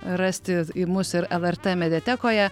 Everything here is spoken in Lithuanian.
rasti į mus ir lrt mediatekoje